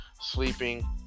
sleeping